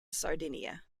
sardinia